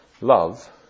Love